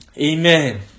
Amen